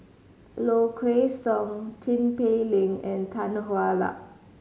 Low Kway Song Tin Pei Ling and Tan Hwa Luck